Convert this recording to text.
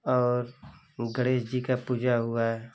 और गणेश जी का पूजा हुआ